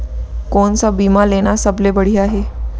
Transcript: कोन स बीमा लेना सबले बढ़िया हे?